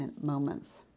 moments